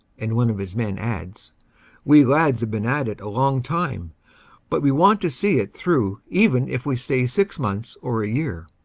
and one of his men adds we lads have been at it a long time but we want to see it through even if we stay six months or a year.